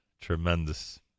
Tremendous